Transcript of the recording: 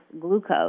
glucose